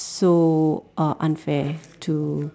so uh unfair to